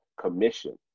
commission